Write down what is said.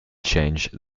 change